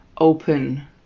open